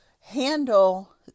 handle